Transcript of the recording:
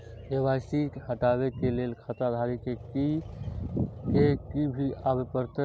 KYC हटाबै के लैल खाता धारी के भी आबे परतै?